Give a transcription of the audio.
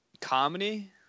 comedy